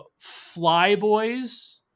Flyboys